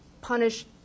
punish